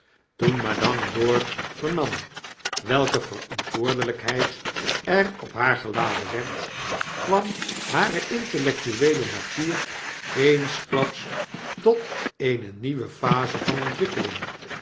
toen madame dor vernam welke verantwoordelpheid er op haar geladen werd kwam hare intellectueele natuur eensklaps tot eene nieuwe phase van ontwikkeling